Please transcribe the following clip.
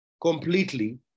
completely